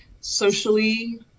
socially